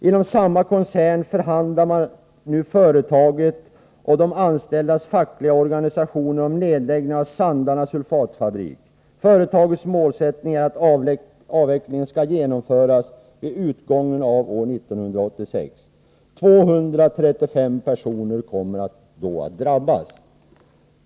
Inom samma koncern förhandlar nu företagsledningen och de anställdas fackliga organisationer om en nedläggning av även Sandarne Sulfatfabrik. Företagets målsättning är att avvecklingen skall genomföras vid utgången av år 1986. 235 personer kommer då att drabbas.